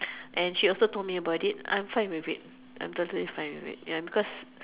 and she also told me about it I'm fine with it I'm totally fine with it ya because